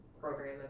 program